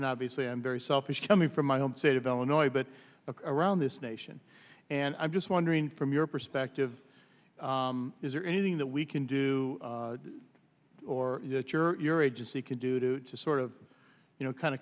i'm very selfish coming from my home state of illinois but around this nation and i'm just wondering from your perspective is there anything that we can do or that your your agency can do to sort of you know kind of